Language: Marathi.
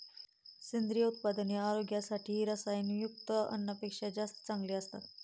सेंद्रिय उत्पादने आरोग्यासाठी रसायनयुक्त अन्नापेक्षा जास्त चांगली असतात